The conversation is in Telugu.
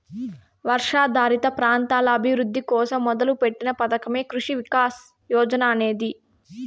వర్షాధారిత ప్రాంతాల అభివృద్ధి కోసం మొదలుపెట్టిన పథకమే కృషి వికాస్ యోజన అనేది